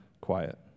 quiet